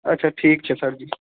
अच्छा ठीक छै सर जी